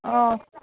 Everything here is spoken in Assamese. অ'